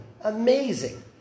Amazing